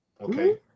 Okay